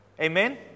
Amen